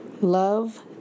love